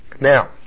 Now